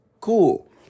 Cool